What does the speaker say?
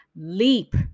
leap